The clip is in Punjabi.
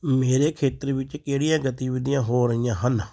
ਮੇਰੇ ਖੇਤਰ ਵਿੱਚ ਕਿਹੜੀਆਂ ਗਤੀਵਿਧੀਆਂ ਹੋ ਰਹੀਆਂ ਹਨ